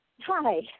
Hi